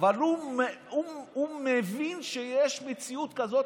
אבל הוא מבין שיש מציאות כזאת.